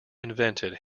invented